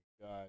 God